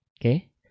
Okay